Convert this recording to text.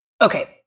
Okay